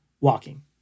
walking